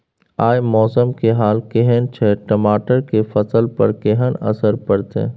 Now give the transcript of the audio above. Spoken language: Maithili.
आय मौसम के हाल केहन छै टमाटर के फसल पर केहन असर परतै?